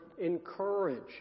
encourage